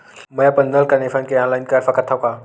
मैं अपन नल कनेक्शन के ऑनलाइन कर सकथव का?